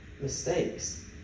mistakes